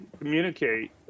communicate